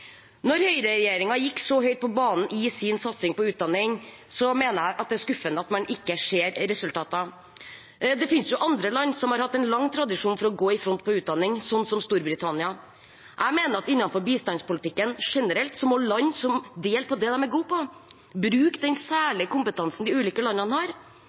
Når høyreregjeringen gikk så høyt på banen i sin satsing på utdanning, mener jeg det er skuffende at man ikke ser resultater. Det finnes andre land som har hatt en lang tradisjon for å gå i front på utdanningsområdet, som Storbritannia. Jeg mener at innenfor bistandspolitikken generelt må land dele på det de er gode til, bruke den særlige kompetansen de ulike landene har.